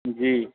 जी